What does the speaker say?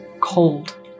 cold